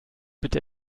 bitte